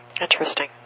Interesting